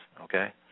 Okay